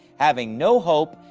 having no hope,